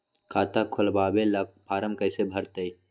खाता खोलबाबे ला फरम कैसे भरतई?